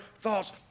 thoughts